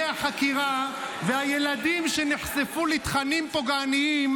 כמה מתוך תיקי החקירה והילדים שנחשפו לתכנים פוגעניים,